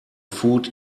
food